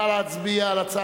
נא להצביע על הצעה